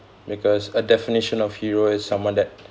because a definition of hero is someone that